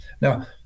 Now